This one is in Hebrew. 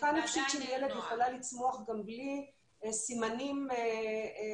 מצוקה נפשית של ילד יכולה לצמוח גם בלי סימנים עד